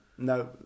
No